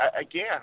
again